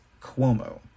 cuomo